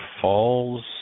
Falls